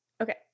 okay